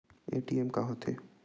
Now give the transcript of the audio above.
ATM का होथे?